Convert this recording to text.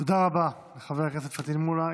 תודה רבה, חבר הכנסת פטין מולא.